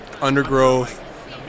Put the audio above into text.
undergrowth